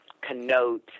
connote